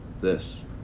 this